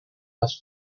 vaig